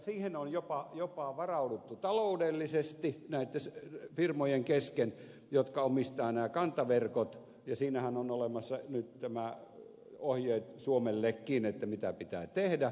siihen on jopa varauduttu taloudellisesti näitten firmojen kesken jotka omistavat nämä kantaverkot ja siinähän on olemassa nyt tämä ohje suomellekin mitä pitää tehdä